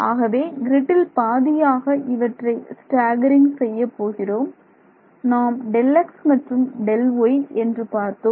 ஆகவே க்ரிட்டில் பாதியாக இவற்றை ஸ்டாக்கரிங் செய்யப் போகிறோம் நாம் Δx மற்றும் Δy என்று பார்த்தோம்